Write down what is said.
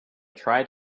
tried